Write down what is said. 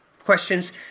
questions